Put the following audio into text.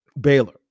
Baylor